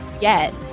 get